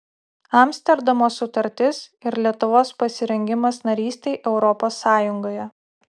amsterdamo sutartis ir lietuvos pasirengimas narystei europos sąjungoje